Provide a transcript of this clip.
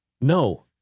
No